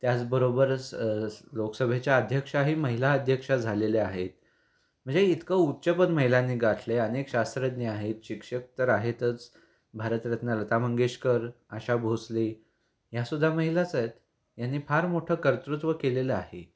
त्याचबरोबर स लोकसभेच्या अध्यक्षाही महिला अध्यक्षा झालेल्या आहेत म्हणजे इतकं उच्चपद महिलांनी गाठलं आहे अनेक शास्त्रज्ञ आहेत शिक्षक तर आहेतच भारतरत्न लता मंगेशकर आशा भोसले ह्यासुद्धा महिलाच आहेत यांनी यांनी फार मोठं कर्तृत्व केलेलं आहे